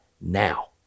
now